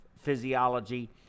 physiology